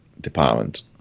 department